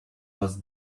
was